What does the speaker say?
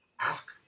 ask